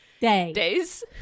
Days